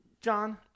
john